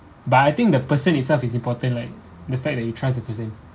but I think the person itself is important like the fact that you trust the person